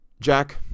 Jack